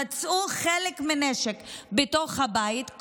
מצאו חלק מנשק בתוך הבית,